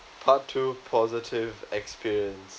part two positive experience